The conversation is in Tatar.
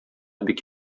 бик